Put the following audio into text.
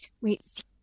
wait